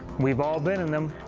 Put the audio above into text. we've all been in them.